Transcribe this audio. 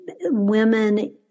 women